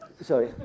Sorry